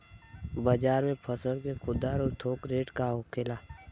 बाजार में फसल के खुदरा और थोक रेट का होखेला?